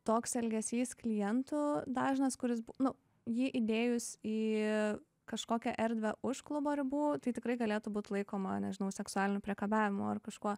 toks elgesys klientų dažnas kuris bū nu jį įdėjus į kažkokią erdvę už klubo ribų tai tikrai galėtų būt laikoma nežinau seksualiniu priekabiavimu ar kažkuo